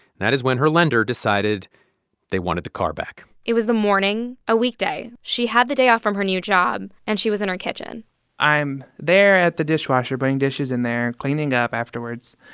that is when her lender decided they wanted the car back it was the morning a weekday. she had the day off from her new job, and she was in her kitchen i'm there at the dishwasher putting dishes in there, cleaning up afterwards,